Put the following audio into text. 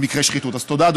אז תודה,